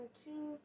two